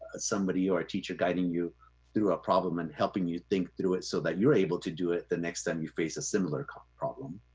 somebody or a teacher guiding you through a problem and helping you think through it so that you're able to do it the next time you face a similar problem.